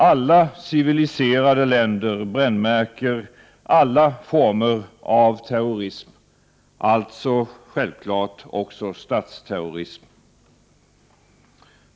Alla civiliserade länder brännmärker alla former av terrorism, självfallet också statsterrorism.